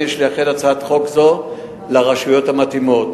יש לייחד הצעת חוק זו לרשויות המתאימות,